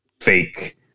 fake